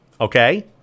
okay